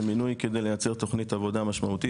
אלא כדי לייצר תכנית עבודה משמעותית,